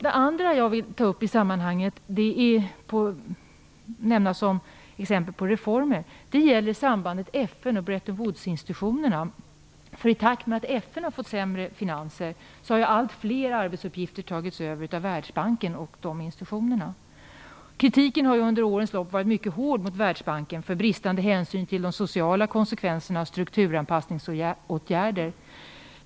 Det andra jag vill ta upp i sammanhanget som exempel på reformer är sambandet mellan FN och Bretton Woods institutionerna. I takt med att FN har fått sämre finanser har ju allt fler arbetsuppgifter tagits över av Världsbanken och liknande institutioner. Kritiken har under årens lopp varit mycket hård mot Världsbanken. Den har gällt bristande hänsyn till de sociala kosekvenserna av strukturanpassningsåtgärder.